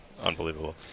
unbelievable